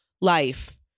life